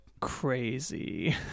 crazy